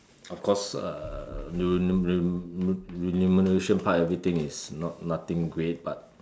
of course uh rem~ rem~ remuneration part everything is not nothing great but